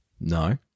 No